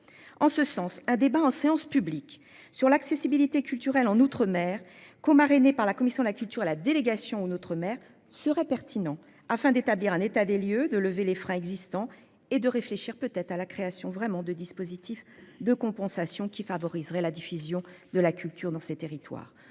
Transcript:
en ce sens un débat en séance publique sur l'accessibilité culturelle en outre-mer comme Rennes par la commission de la culture à la délégation outre-mer serait pertinent afin d'établir un état des lieux de lever les freins existants et de réfléchir peut-être à la création vraiment de dispositif de compensation qui favoriserait la diffusion de la culture dans ces territoires.